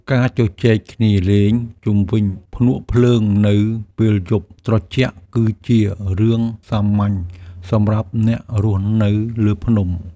ការជជែកគ្នាលេងជុំវិញភ្នក់ភ្លើងនៅពេលយប់ត្រជាក់ គឺជារឿងសាមញ្ញសម្រាប់អ្នករស់នៅលើភ្នំ។